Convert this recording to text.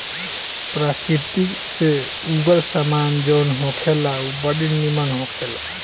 प्रकृति से उगल सामान जवन होखेला उ बड़ी निमन होखेला